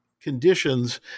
conditions